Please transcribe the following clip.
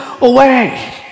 away